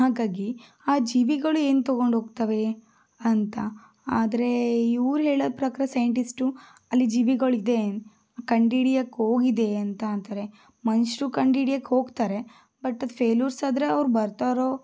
ಹಾಗಾಗಿ ಆ ಜೀವಿಗಳು ಏನು ತೊಗೊಂಡೋಗ್ತವೆ ಅಂತ ಆದರೆ ಇವರು ಹೇಳೋ ಪ್ರಕಾರ ಸೈಂಟಿಸ್ಟು ಅಲ್ಲಿ ಜೀವಿಗಳಿದೆ ಕಂಡಿಡಿಯಕ್ಕೋಗಿದೆ ಅಂತ ಅಂತಾರೆ ಮನುಷ್ಯರು ಕಂಡಿಡಿಯಕ್ಕೆ ಹೋಗ್ತಾರೆ ಬಟ್ ಅದು ಫೇಲ್ಯೂರ್ಸಾದರೆ ಅವರು ಬರ್ತಾರೋ